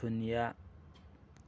ꯁꯨꯅ꯭ꯌꯥ